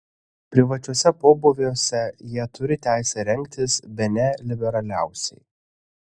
privačiuose pobūviuose jie turi teisę rengtis bene liberaliausiai